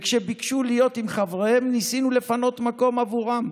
כשביקשו להיות עם חבריהם ניסינו לפנות מקום עבורם,